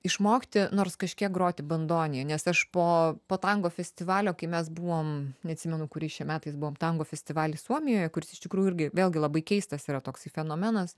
išmokti nors kažkiek groti bandonija nes aš po po tango festivalio kai mes buvom neatsimenu kuriais čia metais buvom tango festivaly suomijoje kuris iš tikrųjų irgi vėlgi labai keistas yra toksai fenomenas